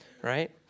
Right